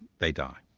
they die.